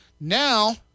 Now